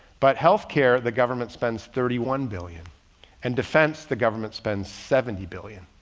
but health care, the government spends thirty one billion and defense, the government spends seventy billion.